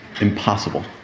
impossible